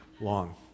long